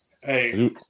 Hey